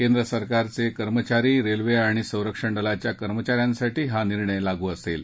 केंद्र सरकारचे कर्मचारी रेल्वे आणि संरक्षण दलांच्या कर्मचाऱ्यांसाठी हा निर्णय लागू असेल